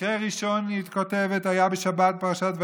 מקרה ראשון, כך היא כותבת, היה בשבת פרשת וישב,